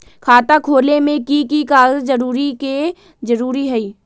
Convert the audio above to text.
खाता खोले में कि की कागज के जरूरी होई छइ?